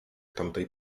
tamtej